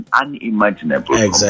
unimaginable